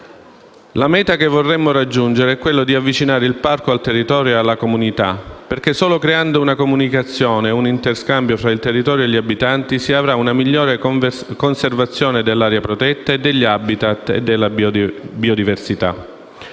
La meta che vorremmo raggiungere è quella di avvicinare il parco al territorio e alla comunità, perché solo creando una comunicazione, un interscambio fra il territorio e gli abitanti si avrà una migliore conservazione dell'area protetta, degli *habitat* e delle biodiversità.